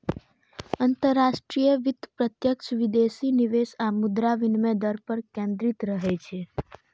अंतरराष्ट्रीय वित्त प्रत्यक्ष विदेशी निवेश आ मुद्रा विनिमय दर पर केंद्रित रहै छै